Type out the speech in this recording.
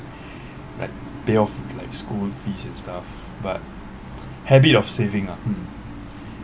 like pay off like school fees and stuff but habit of saving ah mm